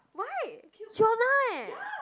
why hyuna eh